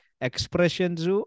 expressions